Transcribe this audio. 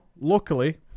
luckily